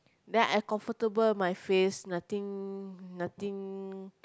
then I comfortable my face nothing nothing